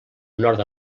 nord